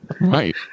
Right